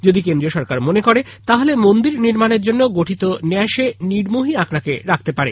যদি কেন্দ্র সরকার মনে করে তাহলে মন্দির নির্মাণের জন্য গঠিত ন্যাস এ নির্মোহী আখড়াকে রাখতে পারে